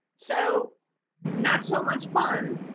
so not so much fun.